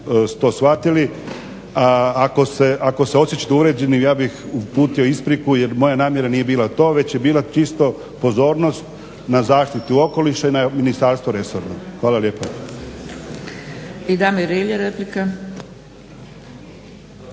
to shvatili. Ako se osjećate uvrijeđeni ja bih uputio ispriku, jer moja namjera nije bila to već je bila čisto pozornost na zaštitu okoliša i na ministarstvo resorno. Hvala lijepo. **Zgrebec, Dragica